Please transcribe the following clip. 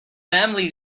family